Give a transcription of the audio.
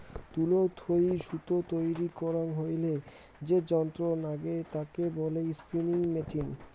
তুলো থুই সুতো তৈরী করাং হইলে যে যন্ত্র নাগে তাকে বলে স্পিনিং মেচিন